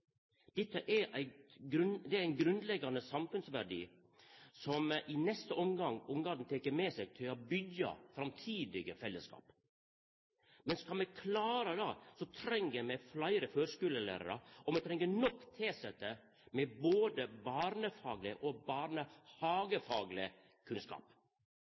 Dette er grunnleggjande samfunnsverdiar som borna i neste omgang tek med seg for å byggja framtidige fellesskap. Men skal me klara det, treng me fleire førskulelærarar, og me treng nok tilsette med både barnefagleg og barnehagefagleg kunnskap.